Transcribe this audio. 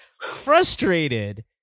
Frustrated